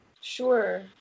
Sure